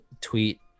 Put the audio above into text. tweet